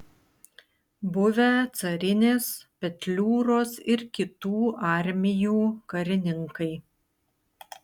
buvę carinės petliūros ir kitų armijų karininkai